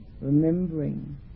remembering